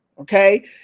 okay